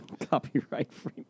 Copyright-free